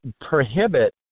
prohibit